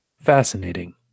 Fascinating